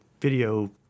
video